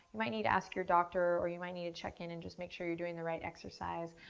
might need to ask your doctor or you might need to check in and just make sure you're doing the right exercise,